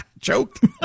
Choked